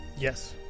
yes